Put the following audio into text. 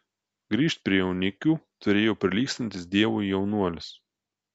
grįžt prie jaunikių turėjo prilygstantis dievui jaunuolis